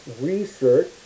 research